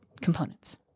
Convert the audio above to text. components